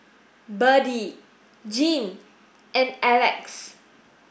Berdie Jean and Alex